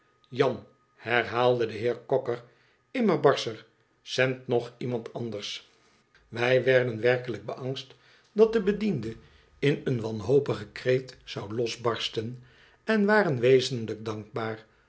jan herhaalde de heer cocker immer barscher zend nog iemand anders wij werden werkelijk beangst dat de bediende in een wanhopigen kreet zou losbarsten en waren wezenlijk dankbaar